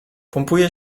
pompuje